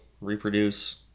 reproduce